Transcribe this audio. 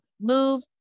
move